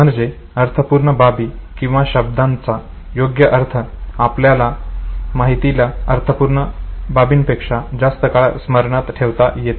म्हणजे अर्थपूर्ण बाबी किंवा शब्दांचा योग्य अर्थ असलेल्या माहितीला अर्थहीन बाबींपेक्षा जास्त काळ स्मरणात ठेवता येते